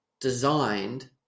designed